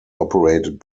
operated